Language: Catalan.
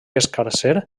escarser